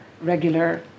regular